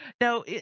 Now